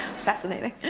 it's fascinating.